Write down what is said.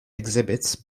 exhibits